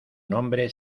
nombre